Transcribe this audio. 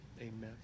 amen